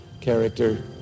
character